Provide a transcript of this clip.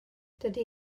dydy